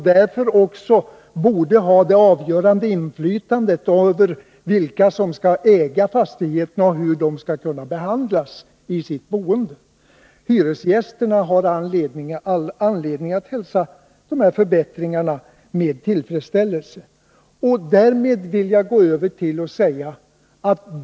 De borde också ha det avgörande inflytandet över vilka som skall äga fastigheten och hur hyresgästerna skall behandlas i sitt boende. Hyresgästerna har all anledning att hälsa förbättringen med tillfredsställelse.